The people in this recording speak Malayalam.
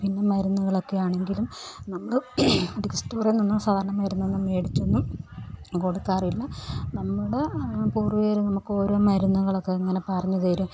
പിന്നെ മരുന്നുകളൊക്കെ ആണെങ്കിലും നമ്മൾ മെഡിക്കൽ സ്റ്റോറില് നിന്നൊന്നും സാധാരണ മരുന്നൊന്നും മേടിച്ചൊന്നും കൊടുക്കാറില്ല നമ്മുടെ പൂര്വികർ നമുക്ക് ഓരോ മരുന്നുകളൊക്കെ ഇങ്ങനെ പറഞ്ഞു തരും